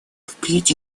впредь